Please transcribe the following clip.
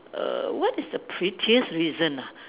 err what is the prettiest reason ah